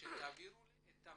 שתעבירו לי את המכתב,